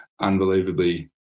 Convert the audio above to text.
unbelievably